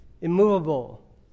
immovable